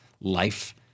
life